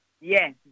Yes